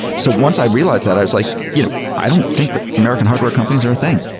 so once i realized that i was like, you know i don't think that american hardware companies are a thing.